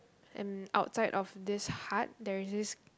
and outside of this hut there is this